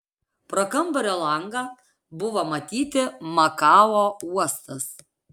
pro kambario langą buvo matyti makao uostas